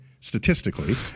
statistically